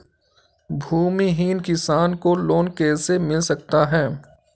भूमिहीन किसान को लोन कैसे मिल सकता है?